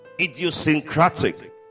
idiosyncratic